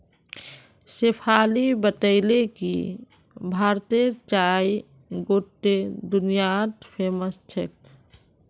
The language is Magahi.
शेफाली बताले कि भारतेर चाय गोट्टे दुनियात फेमस छेक